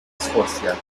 escocia